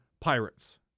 pirates